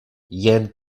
jen